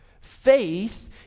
Faith